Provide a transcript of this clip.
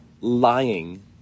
lying